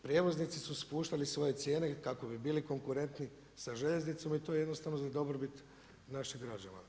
Prijevoznici su spuštali svoje cijene kako bi bili konkurentni sa željeznicom i to je jednostavno za dobrobit naših građana.